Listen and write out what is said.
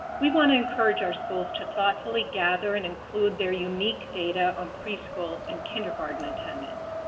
we want to encourage our schools to thoughtfully gather and include their unique data on preschool and kindergarten attendance.